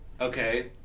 okay